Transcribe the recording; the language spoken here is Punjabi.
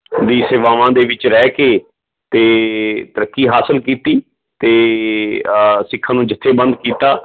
ਦੀ ਸੇਵਾਵਾਂ ਦੇ ਵਿੱਚ ਰਹਿ ਕੇ ਅਤੇ ਤਰੱਕੀ ਹਾਸਿਲ ਕੀਤੀ ਅਤੇ ਸਿੱਖਾਂ ਨੂੰ ਜਥੇਬੰਦ ਕੀਤਾ